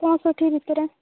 ପଞ୍ଚଷଠି ଭିତରେ